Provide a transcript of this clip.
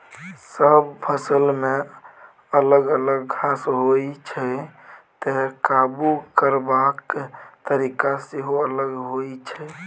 सब फसलमे अलग अलग घास होइ छै तैं काबु करबाक तरीका सेहो अलग होइ छै